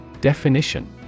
Definition